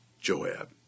Joab